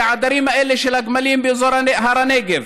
לעדרים האלה של הגמלים באזור הר הנגב,